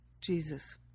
jesus